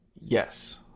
Yes